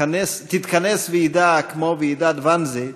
תתכנס ועידה כמו ועידת ואנזה,